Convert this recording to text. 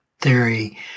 theory